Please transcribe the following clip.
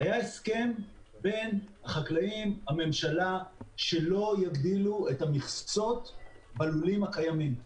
היה הסכם בין החקלאים והממשלה שלא יגדילו את המכסות בלולים הקיימים.